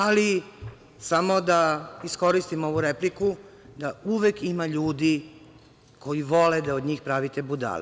Ali, samo da iskoristim ovu repliku da uvek ima ljudi koji vole da od njih pravite budale.